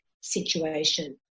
situation